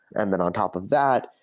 and then on top of that,